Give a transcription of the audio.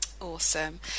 awesome